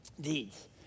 deeds